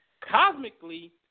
cosmically